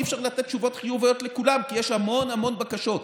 אי-אפשר לתת תשובות חיוביות לכולם כי יש המון המון בקשות.